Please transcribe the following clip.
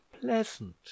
pleasant